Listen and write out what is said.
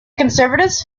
conservatives